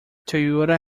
toyota